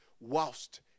whilst